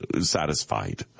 satisfied